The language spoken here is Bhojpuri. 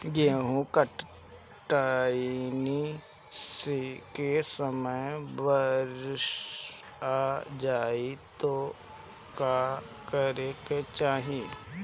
गेहुँ कटनी के समय बारीस आ जाए तो का करे के चाही?